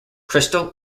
crystal